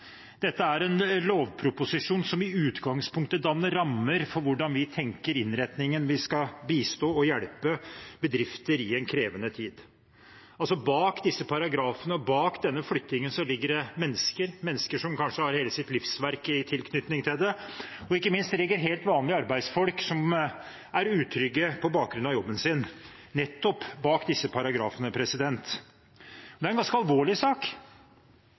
Dette er en lovproposisjon som i utgangspunktet danner rammer for hvordan vi tenker oss innretningen på at vi skal bistå og hjelpe bedrifter i en krevende tid. Bak disse paragrafene og bak denne flyttingen ligger det mennesker, mennesker som kanskje har hele sitt livsverk i tilknytning til det, og ikke minst ligger det helt vanlige arbeidsfolk som er utrygge på bakgrunn av jobben sin, nettopp bak disse paragrafene. Det er en ganske alvorlig sak,